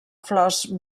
flors